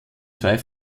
zwei